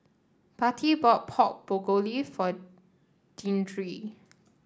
Patti bought Pork Bulgogi for Deandre